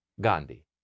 Gandhi